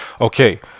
Okay